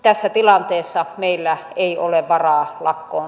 tässä tilanteessa meillä ei ole varaa kun